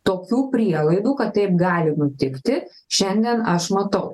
tokių prielaidų kad taip gali nutikti šiandien aš matau